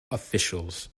officials